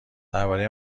درباره